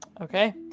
Okay